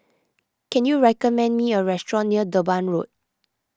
can you recommend me a restaurant near Durban Road